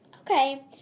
Okay